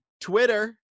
Twitter